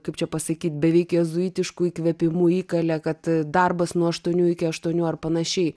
kaip čia pasakyt beveik jėzuitišku įkvėpimu įkalė kad darbas nuo aštuonių iki aštuonių ar panašiai